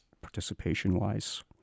participation-wise